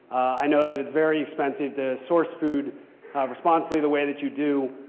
i know that it's very expensive to source food responsibly the way that you do.